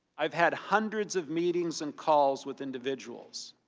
i've had hundreds of meetings and calls with individuals.